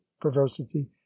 perversity